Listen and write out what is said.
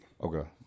Okay